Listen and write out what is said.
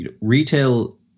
retail